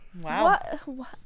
Wow